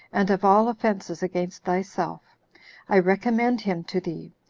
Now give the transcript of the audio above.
and of all offenses against thyself i recommend him to thee,